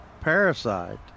parasite